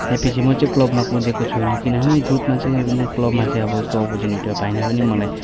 त्यहाँ पछि म चाहिँ क्लबमा कुदेको छुइनँ किनभने ग्रुपमा चाहिँ म क्लबमा चाहिँ अब यस्तो अप्परचुनिटी पाएन पनि मलाई